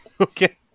okay